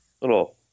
little